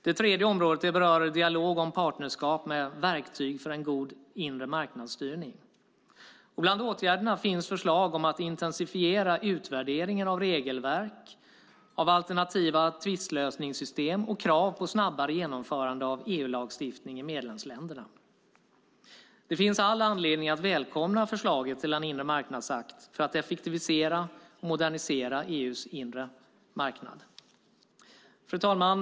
Det tredje området berör dialog om partnerskap med verktyg för en god inre marknadsstyrning. Bland åtgärderna finns förslag om att intensifiera utvärderingen av regelverk, om alternativa tvistlösningssystem och om krav på snabbare genomförande av EU-lagstiftning i medlemsländerna. Det finns all anledning att välkomna förslaget till en inre marknadsakt för att effektivisera och modernisera EU:s inre marknad. Fru talman!